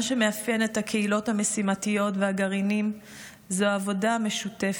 מה שמאפיין את הקהילות המשימתיות והגרעינים זו העבודה המשותפת.